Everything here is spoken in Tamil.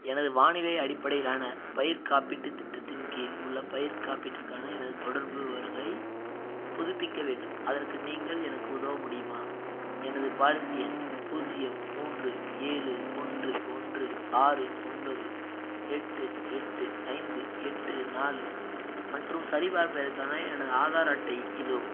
எனது வானிலை அடிப்படையிலான பயிர் காப்பீட்டுத் திட்டத்தின் கீழ் உள்ள பயிர் காப்பீட்டிற்கான எனது தொடர்பு விவரங்களை புதுப்பிக்க வேண்டும் அதற்கு நீங்கள் எனக்கு உதவ முடியுமா எனது பாலிசி எண் பூஜ்ஜியம் மூன்று ஏழு ஒன்று ஒன்று ஆறு ஒன்பது எட்டு எட்டு ஐந்து எட்டு நாலு மற்றும் சரிபார்ப்பிற்கான எனது ஆதார் அட்டை இதோ